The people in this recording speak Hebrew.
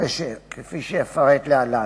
כפי שאפרט להלן.